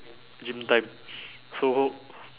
gym time so